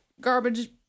garbage